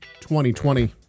2020